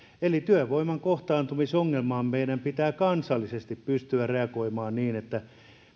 eli työvoiman kohtaantumisongelmaan meidän pitää kansallisesti pystyä reagoimaan niin että